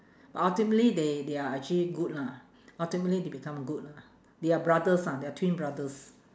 but ultimately they they are actually good lah ultimately they become good lah they are brothers ah they are twin brothers